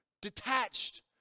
detached